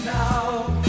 now